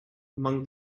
among